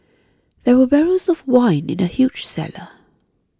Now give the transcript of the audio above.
there were barrels of wine in the huge cellar